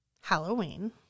Halloween